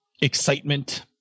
excitement